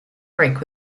brick